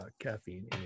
caffeine